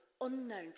unknown